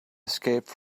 escape